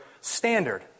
standard